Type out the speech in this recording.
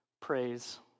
praise